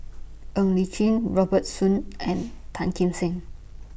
Ng Li Chin Robert Soon and Tan Kim Seng